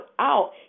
out